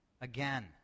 again